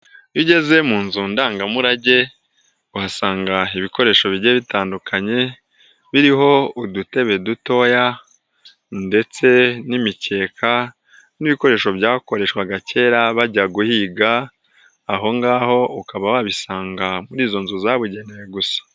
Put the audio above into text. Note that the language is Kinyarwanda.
Iyo ugeze mu nzu ndangamurage, uhasanga ibikoresho bijya bitandukanye, birimo udutebe dutoya, ndetse n'imikeka n'ibikoresho byakoreshwaga kera bajya guhiga, aho ngaho ukaba wabisanga muri izo nzu zabugenewe gusa.